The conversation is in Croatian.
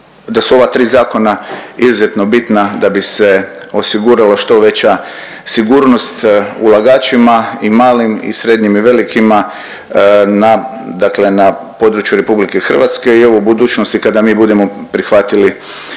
da su ova tri zakona izuzetno bitna da bi se osigurala što veća sigurnost ulagačima i malim i srednjim i velikima na, dakle na području RH i evo, u budućnosti kada mi budemo prihvatili,